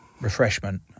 refreshment